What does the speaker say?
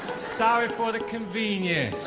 sorry for the convenience